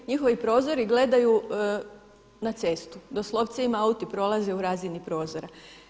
Njihovi prozori gledaju na cestu, doslovce auti im prolaze u razini prozora.